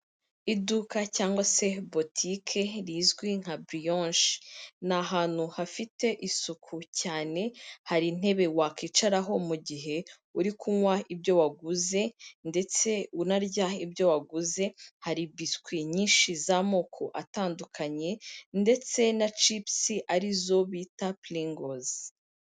Iduka cyangwa se butike rizwi nka buriyoshi, ni ahantu hafite isuku cyane, hari intebe wakwicaraho mu gihe uri kunywa ibyo waguze, ndetse unarya ibyo waguze, hari biswi nyinshi z'amoko atandukanye ndetse na cipusi arizo bita pilingozi.